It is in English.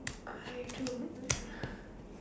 I don't